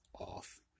off